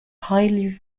highly